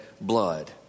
blood